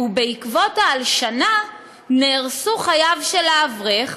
ובעקבות ההלשנה נהרסו חייו של האברך,